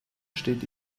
steht